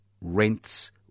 rents